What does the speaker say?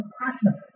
passionate